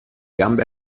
gambe